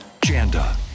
Janda